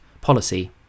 policy